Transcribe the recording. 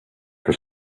for